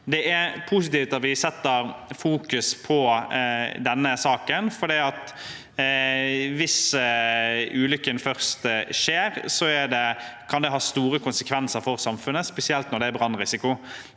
Det er positivt at vi setter fokus på denne saken, for hvis ulykken først skjer, kan det ha store konsekvenser for samfunnet, spesielt når det er brannrisiko.